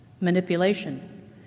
manipulation